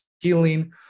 healing